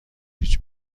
هیچ